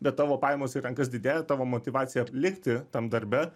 bet tavo pajamos į rankas didėja tavo motyvacija likti tam darbe